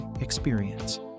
experience